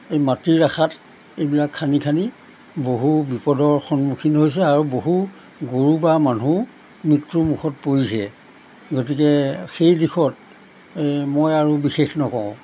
এই মাটিৰ আশাত এইবিলাক খান্দি খান্দি বহু বিপদৰ সন্মুখীন হৈছে আৰু বহু গৰু বা মানুহ মৃত্যুৰ মুখত পৰিছে গতিকে সেই দিশত এই মই আৰু বিশেষ নকওঁ